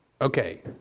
okay